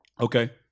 Okay